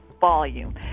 volume